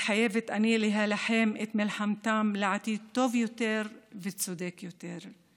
מתחייבת אני להילחם את מלחמתם לעתיד טוב יותר וצודק יותר.